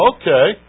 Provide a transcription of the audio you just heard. okay